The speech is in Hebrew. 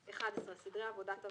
11. סדרי עבודת הוועדה.